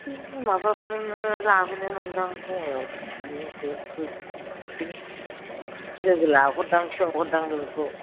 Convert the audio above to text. एसे माबाफोर लाबोनो नंदां बङाइआव थांनानै एसे बुस्थुफोर ओंखायनो लोगो लाहरदां सोंहारदां नोंखौ